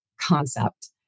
concept